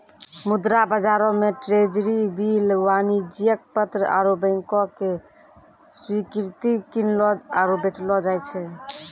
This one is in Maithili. मुद्रा बजारो मे ट्रेजरी बिल, वाणिज्यक पत्र आरु बैंको के स्वीकृति किनलो आरु बेचलो जाय छै